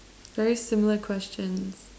very similar question